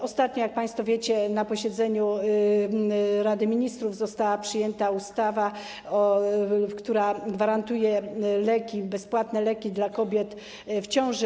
Ostatnio, jak państwo wiecie, na posiedzeniu Rady Ministrów została przyjęta ustawa, która gwarantuje bezpłatne leki dla kobiet w ciąży.